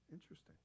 Interesting